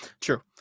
True